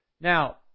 Now